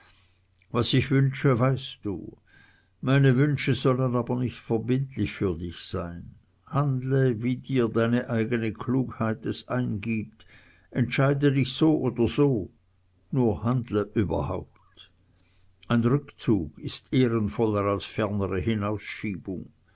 was ich wünsche weißt du meine wünsche sollen aber nicht verbindlich für dich sein handle wie dir eigene klugheit es eingibt entscheide dich so oder so nur handle überhaupt ein rückzug ist ehrenvoller als fernere hinausschiebung